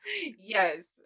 Yes